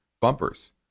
bumpers